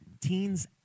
Teens